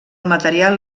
material